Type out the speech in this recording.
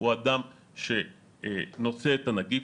הוא אדם שנושא את הנגיף.